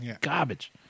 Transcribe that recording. Garbage